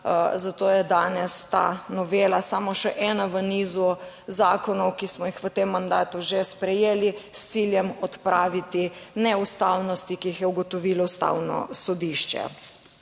zato je danes ta novela samo še ena v nizu zakonov, ki smo jih v tem mandatu že sprejeli s ciljem odpraviti neustavnosti, ki jih je ugotovilo Ustavno sodišče.